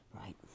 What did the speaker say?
Right